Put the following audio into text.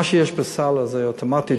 מה שיש בסל זה אוטומטית,